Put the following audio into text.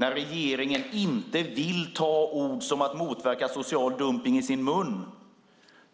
När regeringen inte vill ta ord som att motverka social dumpning i sin mun